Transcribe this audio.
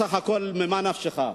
בסך הכול, ממה נפשך?